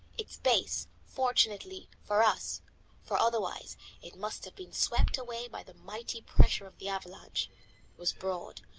its base, fortunately for us for otherwise it must have been swept away by the mighty pressure of the avalanche was broad,